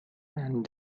and